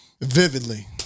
vividly